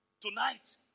tonight